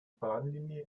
bahnlinie